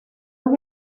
los